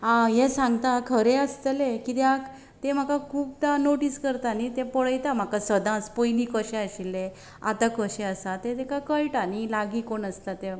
आ हे सांगता खरें आसतलें कित्याक ते म्हाका खूबदां नोटीस करता न्ही तें पळयता म्हाका सदांच पयलीं कशें आशिल्ले आतां कशें आसा तें ताका कळटा न्ही लागीं कोण आसता ते